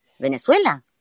Venezuela